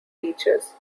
teachers